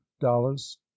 dollars